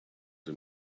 him